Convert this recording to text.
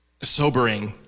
sobering